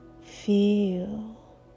Feel